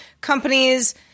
companies